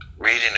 reading